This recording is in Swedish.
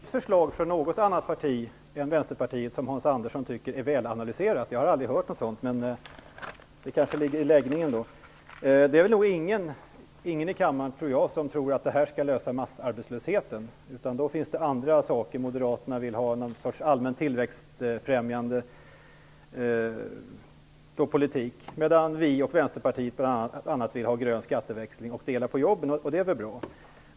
Fru talman! Det finns väl inget förslag från något annat parti än Vänsterpartiet som Hans Andersson tycker är välanalyserat. Jag har aldrig hört något sådant, men det ligger kanske i den läggning man har. Jag tror inte att det finns någon i kammaren som tror att detta skall lösa massarbetslösheten. Då finns det andra saker. Moderaterna vill ha någon sorts allmän tillväxtfrämjande politik medan vi och Vänsterpartiet bl.a. vill ha grön skatteväxling och att man skall dela på jobben, och det är väl bra.